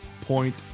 point